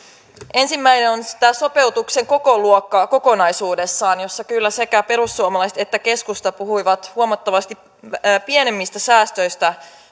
ensimmäinen on sopeutuksen kokoluokka kokonaisuudessaan jossa kyllä sekä perussuomalaiset että keskusta puhuivat vielä vaalien alla huomattavasti pienemmistä säästöistä